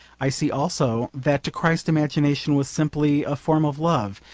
i see also that to christ imagination was simply a form of love,